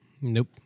Nope